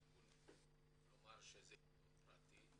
עיתון פרטי,